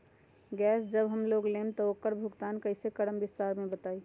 Gas जब हम लोग लेम त उकर भुगतान कइसे करम विस्तार मे बताई?